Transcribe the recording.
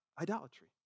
idolatry